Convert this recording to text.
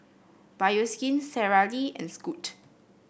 Bioskin Sara Lee and Scoot